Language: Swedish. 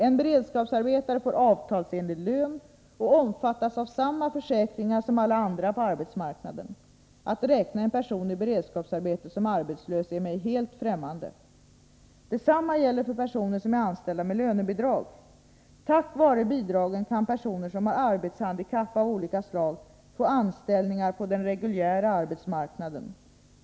En beredskapsarbetare får avtalsenlig lön och omfattas av samma försäkringar som alla andra på arbetsmarknaden. Att räkna en person i beredskapsarbete som arbetslös är mig helt fftämmande. Detsamma gäller för personer som är anställda med lönebidrag. Tack vare bidragen kan personer som har arbetshandikapp av olika slag få anställningar på den reguljära arbetsmarknaden.